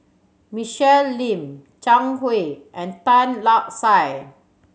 Michelle Lim Zhang Hui and Tan Lark Sye